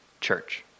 church